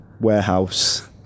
warehouse